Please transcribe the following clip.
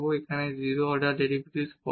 এটি ছিল 0 প্রথম অর্ডার ডেরিভেটিভ পদ